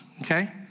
okay